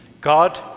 God